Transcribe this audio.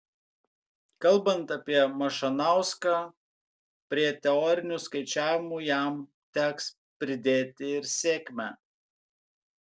kalbant apie mašanauską prie teorinių skaičiavimų jam teks pridėti ir sėkmę